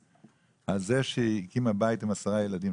על זה שהיא הקימה בית עם עשרה ילדים.